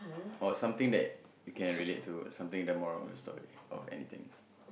or something that you can relate to something the moral of the story or anything